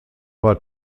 war